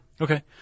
Okay